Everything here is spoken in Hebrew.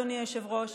אדוני היושב-ראש,